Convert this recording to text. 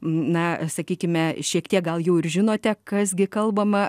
na sakykime šiek tiek gal jau ir žinote kas gi kalbama